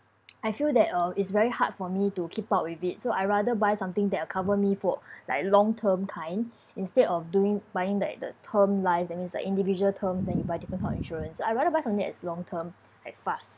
I feel that uh it's very hard for me to keep up with it so I rather buy something that cover me for like long term kind instead of doing buying that the term life that means like individual terms then you buy different kind of insurance I rather buy something as long term at fast